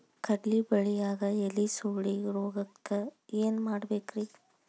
ಕಡ್ಲಿ ಬೆಳಿಯಾಗ ಎಲಿ ಸುರುಳಿರೋಗಕ್ಕ ಏನ್ ಮಾಡಬೇಕ್ರಿ?